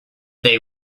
they